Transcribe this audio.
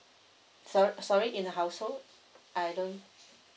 sor~ sorry in a household I don't